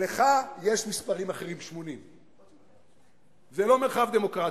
ולך יש מספרים אחרים, 80. זה לא מרחב דמוקרטי.